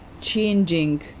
changing